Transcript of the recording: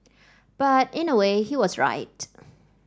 but in a way he was right